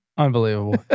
Unbelievable